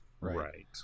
right